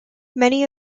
many